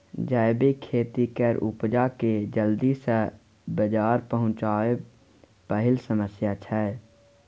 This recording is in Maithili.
जैबिक खेती केर उपजा केँ जल्दी सँ बजार पहुँचाएब पहिल समस्या छै